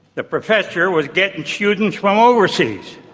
the professor was getting students from overseas.